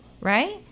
right